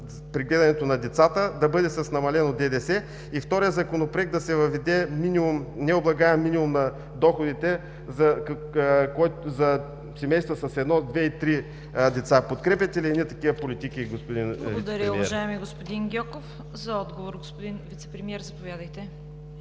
при гледането на децата да бъде с намалено ДДС, и вторият законопроект – да се въведе необлагаем минимум на доходите за семейства с едно, две и три деца. Подкрепяте ли едни такива политики, господин Вицепремиер? ПРЕДСЕДАТЕЛ ЦВЕТА КАРАЯНЧЕВА: Благодаря, уважаеми господин Гьоков. За отговор – господин Вицепремиер, заповядайте.